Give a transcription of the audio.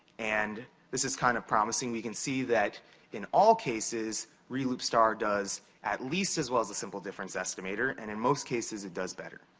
and this is kind of promising. we can see that in all cases, reloop star does at least as well as the simple difference estimator, and in most cases, it does better.